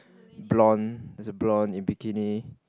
bronze it's a bronze in bikini